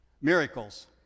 Miracles